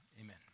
Amen